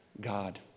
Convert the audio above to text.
God